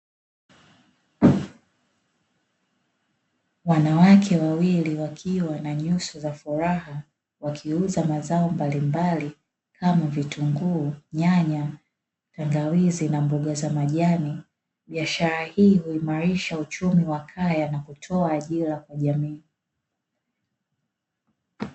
Wanawake wawili wakiwa na nyuso za furaha, wakiuza mazao mbalimbali. Kama vitunguu, nyanya, tangawizi na mboga za majani biashara hii huimarisha uchumi wa kaya na kutoa ajira kwa jamii.